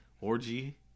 orgy